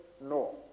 No